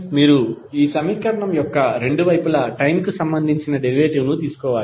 మీరు సమీకరణం యొక్క రెండు వైపుల టైమ్ కు సంబంధించిన డెరివేటివ్ ను తీసుకోవాలి